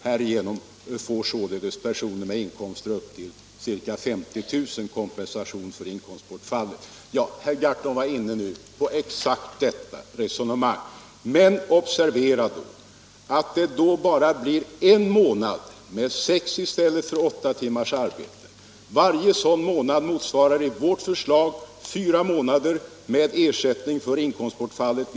Härigenom får således personer med inkomster upp till ca 50 000 kr. kompensation för inkomstbortfallet. Herr Gahrton var inne på exakt detta resonemang. Men observera att det då bara blir fråga om en månad med ersättning för inkomstbortfallet vid sex i stället för åtta timmars arbetsdag. I vårt förslag motsvaras detta av fyra månader med ersättning för inkomstbortfallet.